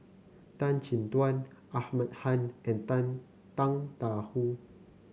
Tan Chin Tuan Ahmad Khan and Tang Tang Da Wu